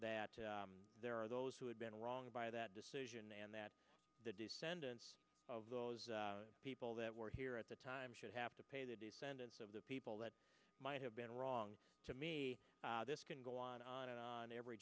that there are those who had been wronged by that decision and that the descendants of those people that were here at the time should have to pay the descendants of the people that might have been wrong to me this can go on and on and on every